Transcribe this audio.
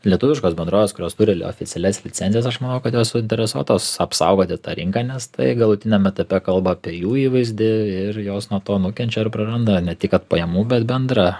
lietuviškos bendrovės kurios turi oficialias licencijas aš manau kad jos suinteresuotos apsaugoti tą rinką nes tai galutiniam etape kalba apie jų įvaizdį ir jos nuo to nukenčia ir praranda ne tik kad pajamų bet bendrą